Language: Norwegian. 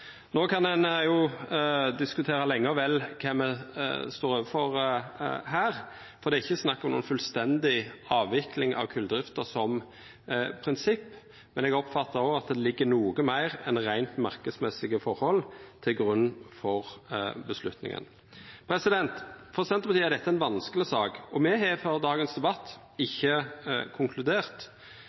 kan jo diskutera lenge og vel kva ein står overfor her, for det er ikkje snakk om ei fullstendig avvikling av koldrifta som prinsipp, men eg oppfattar òg at det ligg noko meir enn reint marknadsmessige forhold til grunn for avgjerda. For Senterpartiet er dette ei vanskeleg sak, og me har før dagens debatt ikkje konkludert.